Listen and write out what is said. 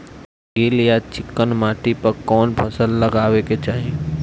गील या चिकन माटी पर कउन फसल लगावे के चाही?